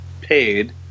paid